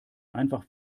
einfach